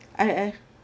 I I've